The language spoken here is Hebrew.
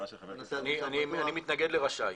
אני מתנגד לרשאי.